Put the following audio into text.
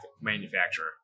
manufacturer